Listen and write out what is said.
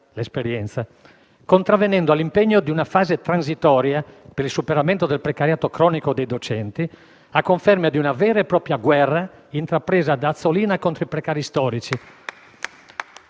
(l'esperienza), contravvenendo all'impegno di una fase transitoria per il superamento del precariato cronico dei docenti, a conferma di una vera e propria guerra intrapresa da Azzolina contro i precari storici.